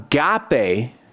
agape